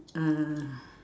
uh